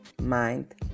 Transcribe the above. mind